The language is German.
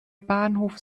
bahnhof